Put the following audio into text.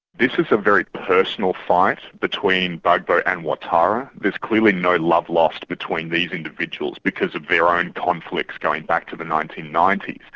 this is a very personal fight between gbagbo and ouattara. there's clearly no love lost between these individuals because their own conflicts going back to the nineteen ninety